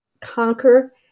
conquer